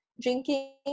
drinking